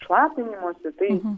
šlapinimosi tai